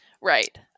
Right